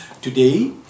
Today